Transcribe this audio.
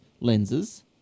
lenses